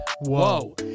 Whoa